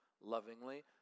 lovingly